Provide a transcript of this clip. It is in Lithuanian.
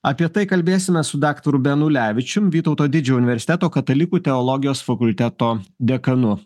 apie tai kalbėsime su daktaru benu ulevičium vytauto didžiojo universiteto katalikų teologijos fakulteto dekanu